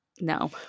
no